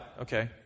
Okay